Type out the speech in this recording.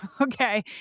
okay